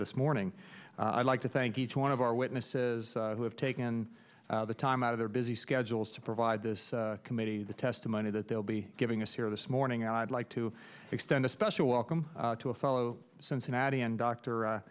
this morning i'd like to thank each one of our witnesses who have taken the time out of their busy schedules to provide this committee the testimony that they'll be giving us here this morning i'd like to extend a special welcome to a fellow cincinnati and doctor